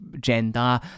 gender